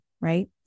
right